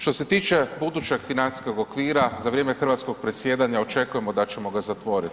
Što se tiče budućeg financijskog okvira za vrijeme hrvatskog predsjedanja očekujemo da ćemo ga zatvoriti.